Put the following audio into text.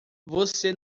você